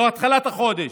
בהתחלת החודש,